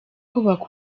kubaka